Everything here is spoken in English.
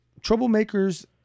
troublemakers